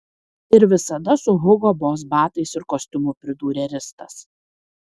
ir visada su hugo boss batais ir kostiumu pridūrė ristas